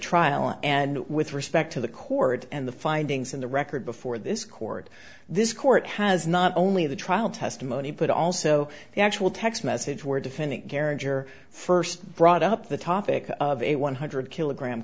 trial and with respect to the court and the findings in the record before this court this court has not only the trial testimony put also the actual text message where defendant character first brought up the topic of a one hundred kil